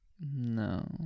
No